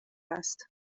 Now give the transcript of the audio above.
است